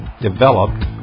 developed